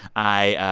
i